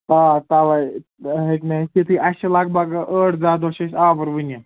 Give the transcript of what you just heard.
آ تَوے ہیٚکہِ نہٕ أسۍ یِتھٕے اَسہِ چھِ لگ بگ ٲٹھ دَہ دۄہ چھِ أسۍ آوُر ؤنہِ